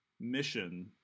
mission